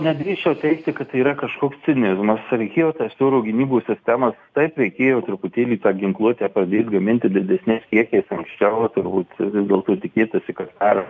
nedrįsčiau teigti kad tai yra kažkoks cinizmas reikėjo tas oro gynybos sistemas taip reikėjo truputėlį tą ginkluotę pradėt gaminti didesniais kiekiais anksčiau va turbūt dėl to tikėtasi kad dar